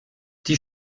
die